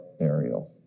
burial